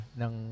ng